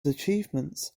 achievements